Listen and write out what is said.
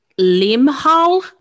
Limhal